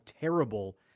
terrible